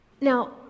Now